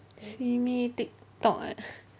simi tiktok